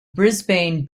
brisbane